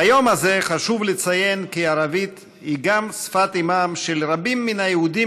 ביום הזה חשוב לציין כי ערבית היא גם שפת אימם של רבים מן היהודים